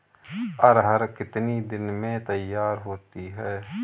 अरहर कितनी दिन में तैयार होती है?